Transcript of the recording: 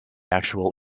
actual